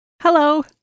Hello